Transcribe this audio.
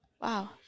Wow